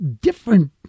different